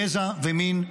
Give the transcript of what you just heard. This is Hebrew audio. גזע ומין,